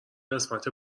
قسمت